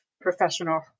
professional